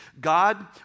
God